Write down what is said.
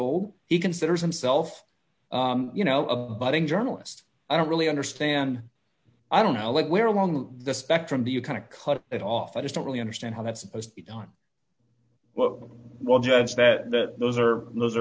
old he considers himself you know a budding journalist i don't really understand i don't know like where along the spectrum do you kind of cut it off i just don't really understand how that's supposed on one judge that that those are those